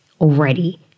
already